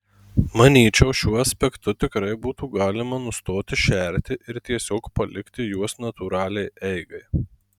manyčiau šiuo aspektu tikrai būtų galima nustoti šerti ir tiesiog palikti juos natūraliai eigai